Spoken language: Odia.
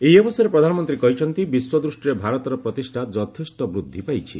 ଏହି ଅବସରରେ ପ୍ରଧାନମନ୍ତ୍ରୀ କହିଛନ୍ତି ବିଶ୍ୱ ଦୃଷ୍ଟିରେ ଭାରତର ପ୍ରତିଷ୍ଠା ଯଥେଷ୍ଟ ବୃଦ୍ଧି ପାଇଛି